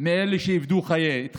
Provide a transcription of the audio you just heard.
מאלה שאיבדו את חייהם.